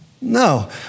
No